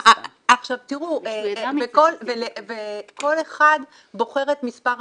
כל אחד בוחר את מספר הביקורים.